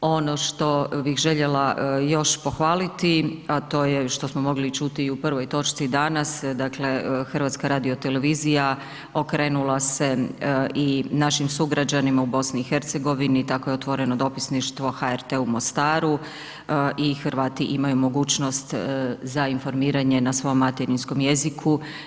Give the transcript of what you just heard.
Ono što bih željela još pohvaliti, a to je što smo mogli i čuti i u prvoj točci danas, dakle, HRT okrenula se i naših sugrađanima u BiH, tako je otvoreno dopisništvo HRT-a u Mostaru i Hrvati imaju mogućnost za informiranje na svom materinjskom jeziku.